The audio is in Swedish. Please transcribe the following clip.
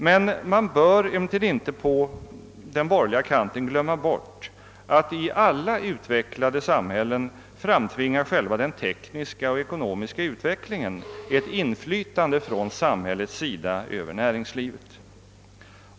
På den borgerliga kanten bör man emellertid inte glömma bort att i alla utvecklade samhällen framtvingar själva den tekniska och ekonomiska utvecklingen ett samhällsinflytande över näringslivet.